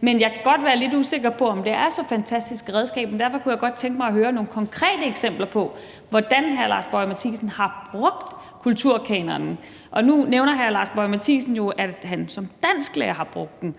men jeg kan godt være lidt usikker på, om det er så fantastisk et redskab. Derfor kunne jeg godt tænke mig at høre nogle konkrete eksempler på, hvordan hr. Lars Boje Mathiesen har brugt kulturkanonen. Og nu nævner hr. Lars Boje Mathiesen jo, at han som dansklærer har brugt den.